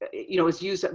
you know was used,